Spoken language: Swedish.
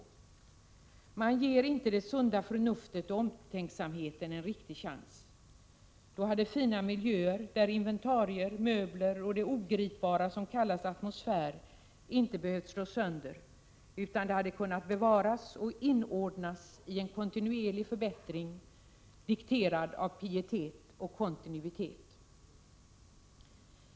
Om man hade gett det sunda förnuftet och omtänksamheten en riktig chans, hade inte fina miljöer, inventarier, möbler och det ogripbara som kallas atmosfär behövt slås sönder, utan det hade kunnat bevaras och inordnas i en successiv förbättring, dikterad av pietet och kontinuitet.